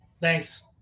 Thanks